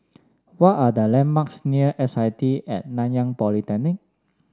what are the landmarks near S I T At Nanyang Polytechnic